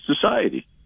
society